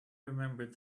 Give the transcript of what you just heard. remembered